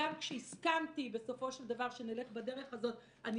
גם כשהסכמתי בסופו של דבר שנלך בדרך הזאת אני